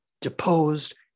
deposed